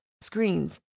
screens